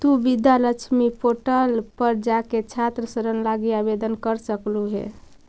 तु विद्या लक्ष्मी पोर्टल पर जाके छात्र ऋण लागी आवेदन कर सकलहुं हे